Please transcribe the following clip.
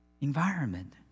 environment